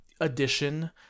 edition